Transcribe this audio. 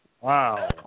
Wow